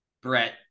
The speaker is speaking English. Brett